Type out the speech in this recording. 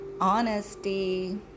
honesty